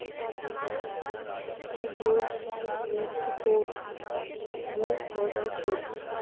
tuberose मेक्सिकोर मूल पौधा छेक